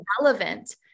relevant